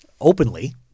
openly